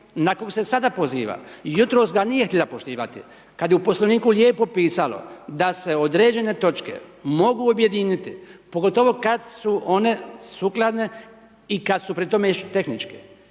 na koji se sada poziva i jutros ga nije htjela poštivati kada je u Poslovniku lijepo pisalo da se određene točke mogu objediniti, pogotovo kada su one sukladne i kada su pri tome još tehničke